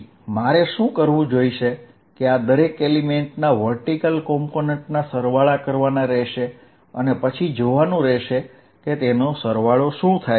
તો અહીં આ દરેક એલિમેન્ટના ઉર્ધ્વ ઘટકનો સરવાળો કરવાનો રહેશે અને પછી જોવાનું રહેશે કે તેનો સરવાળો શું થાય છે